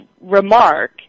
remark